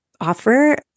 offer